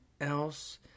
else